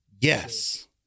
Yes